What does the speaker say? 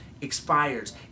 expires